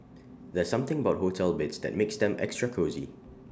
there's something about hotel beds that makes them extra cosy